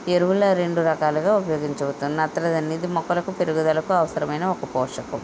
ఎరువుల రెండు రకాలుగా ఉపయోగించవచ్చు నత్రజని ఇది మొక్కలకు పెరుగుదలకు అవసరమైన ఒక పోషకం